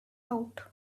out